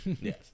Yes